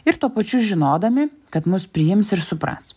ir tuo pačiu žinodami kad mus priims ir supras